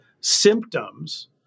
symptoms